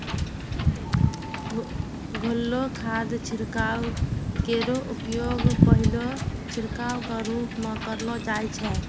घोललो खाद छिड़काव केरो उपयोग पहलो छिड़काव क रूप म करलो जाय छै